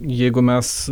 jeigu mes